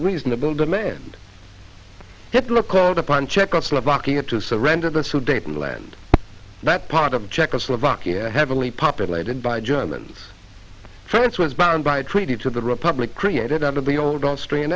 unreasonable demand hitler called upon czechoslovakia to surrender the sudeten land that part of czechoslovakia heavily populated by germans france was bound by treaty to the republic created out of the old austrian